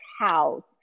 house